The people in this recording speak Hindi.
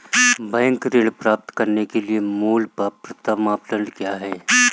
बैंक ऋण प्राप्त करने के लिए मूल पात्रता मानदंड क्या हैं?